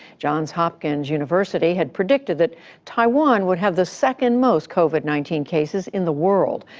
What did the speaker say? johns hopkins university had predicted that taiwan would have the second-most covid nineteen cases in the world.